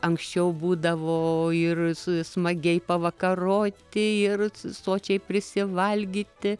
anksčiau būdavo ir smagiai pavakaroti ir sočiai prisivalgyti